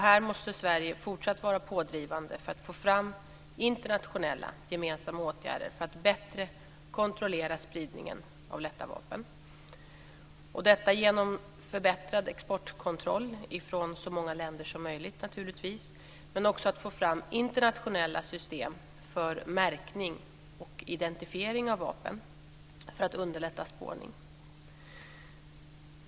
Här måste Sverige fortsatt vara pådrivande för att få fram internationella gemensamma åtgärder för att bättre kontrollera spridningen av lätta vapen. Detta ska naturligtvis ske genom förbättrad exportkontroll från så många länder som möjligt. Men det gäller också att få fram internationella system för märkning och identifiering av vapen för att underlätta spårning.